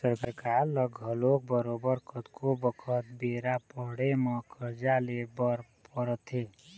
सरकार ल घलोक बरोबर कतको बखत बेरा पड़े म करजा ले बर परथे